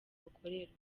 bukorerwa